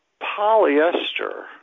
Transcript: Polyester